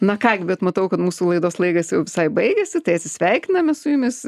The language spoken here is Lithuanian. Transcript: na ką gi bet matau kad mūsų laidos laikas jau visai baigiasi tai atsisveikiname su jumis